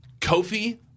Kofi